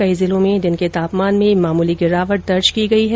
कई जिलों में दिन के तापमान में मामूली गिरावट दर्ज की गई है